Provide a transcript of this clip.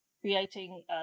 creating